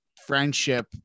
friendship